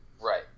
Right